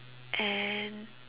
and